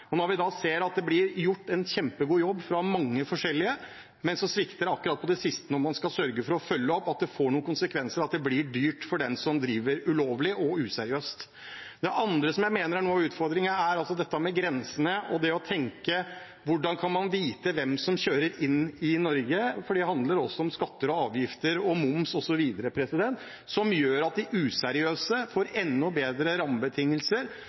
Vi ser at det blir gjort en kjempegod jobb fra mange forskjellige, men at det svikter akkurat på det siste, når man skal sørge for å følge opp, at det får noen konsekvenser, og at det blir dyrt for den som driver ulovlig og useriøst. Det andre jeg mener er noe av utfordringen, er dette med grensene og det å tenke hvordan man kan vite hvem som kjører inn i Norge, for det handler også om skatter og avgifter og moms osv., som gjør at de useriøse får enda bedre rammebetingelser